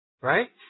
right